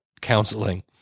counseling